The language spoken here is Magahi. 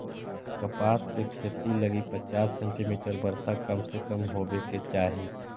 कपास के खेती लगी पचास सेंटीमीटर वर्षा कम से कम होवे के चाही